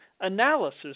analysis